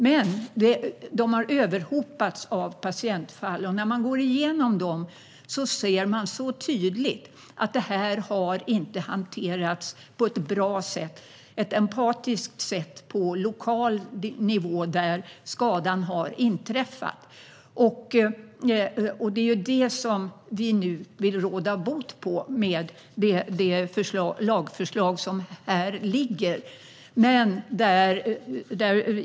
Men de har överhopats av patientfall, och när man går igenom dem ser man tydligt att det här inte har hanterats på ett bra och empatiskt sätt på lokal nivå där skadan har inträffat. Det är det som vi nu vill råda bot på med det lagförslag som här ligger.